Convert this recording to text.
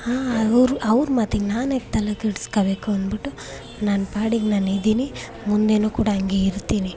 ಹಾಂ ಅವರು ಅವ್ರ ಮಾತಿಗೆ ನಾನ್ಯಾಕೆ ತಲೆ ಕೆಡಿಸ್ಕೋಬೇಕು ಅಂದುಬಿಟ್ಟು ನನ್ನ ಪಾಡಿಗೆ ನಾನು ಇದೀನಿ ಮುಂದೆಯೂ ಕೂಡ ಹಂಗೆ ಇರ್ತೀನಿ